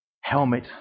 helmet